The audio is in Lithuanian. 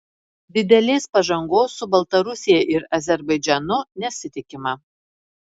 didelės pažangos su baltarusija ir azerbaidžanu nesitikima